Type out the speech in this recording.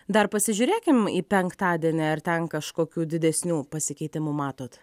dar pasižiūrėkim į penktadienį ar ten kažkokių didesnių pasikeitimų matot